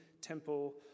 temple